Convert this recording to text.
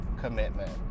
commitment